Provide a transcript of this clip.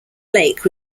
lake